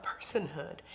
personhood